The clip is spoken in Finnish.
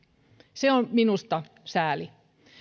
se on minusta sääli